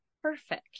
perfect